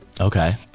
Okay